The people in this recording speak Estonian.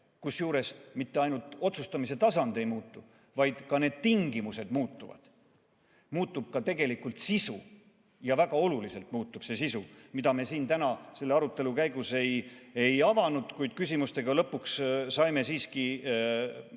Kusjuures mitte ainult otsustamise tasand ei muutu, vaid ka need tingimused muutuvad, muutub tegelikult ka sisu. Ja väga oluliselt muutub see sisu, mida me siin täna selle arutelu käigus ei avanud, kuid küsimustele saime lõpuks